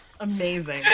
Amazing